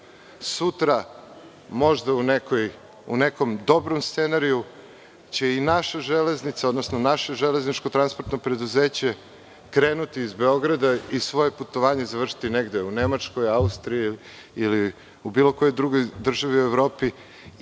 možda u nekom dobrom scenariju će i naše železničko transportno preduzeće krenuti iz Beograda i svoje putovanje završiti negde u Nemačkoj, Austriji ili u bilo kojoj drugoj državi u Evropi